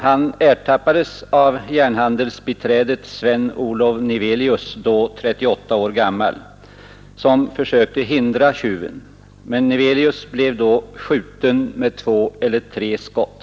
Han ertappades av handelsbiträdet Sven-Olof Nevelius — då 38 år gammal — som försökte hindra tjuven. Nevelius blev då skjuten med två eller tre skott.